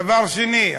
דבר שני,